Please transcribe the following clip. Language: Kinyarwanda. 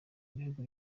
bihugu